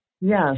Yes